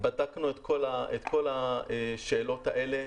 בדקנו את כל השאלות האלה,